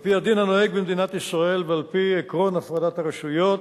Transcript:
על-פי הדין הנוהג במדינת ישראל ועל-פי עקרון הפרדת הרשויות,